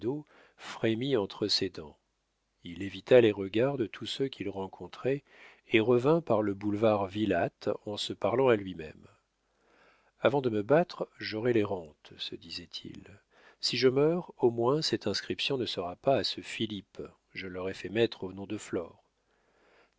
frémit entre ses dents il évita les regards de tous ceux qu'il rencontrait et revint par le boulevard vilate en se parlant à lui-même avant de me battre j'aurai les rentes se disait-il si je meurs au moins cette inscription ne sera pas à ce philippe je l'aurai fait mettre au nom de flore